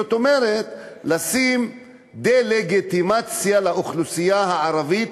זאת אומרת דה-לגיטימציה לאוכלוסייה הערבית,